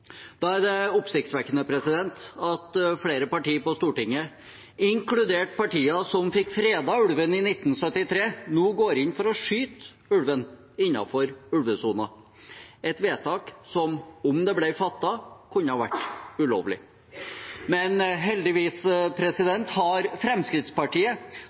Da er det oppsiktsvekkende at flere partier på Stortinget, inkludert partier som fikk fredet ulven i 1973, nå går inn for å skyte ulven innenfor ulvesonen – et vedtak som om det ble fattet, kunne vært ulovlig. Men heldigvis har Fremskrittspartiet,